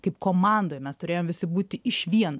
kaip komandoj mes turėjom visi būti išvien